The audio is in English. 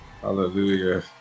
hallelujah